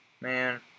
Man